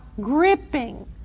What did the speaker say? gripping